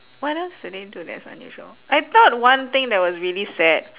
what else do they do that's unusual I thought one thing that was really sad